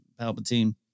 palpatine